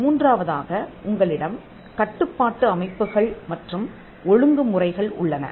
மூன்றாவதாக உங்களிடம் கட்டுப் பாட்டு அமைப்புகள் மற்றும் ஒழுங்கு முறைகள் உள்ளன